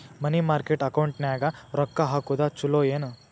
ಮನಿ market ಅಕೌಂಟಿನ್ಯಾಗ ರೊಕ್ಕ ಹಾಕುದು ಚುಲೊ ಏನು